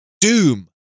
doom